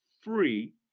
free